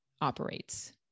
operates